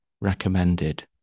recommended